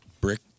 brick